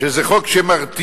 שזה חוק שמרתיע,